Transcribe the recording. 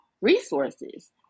resources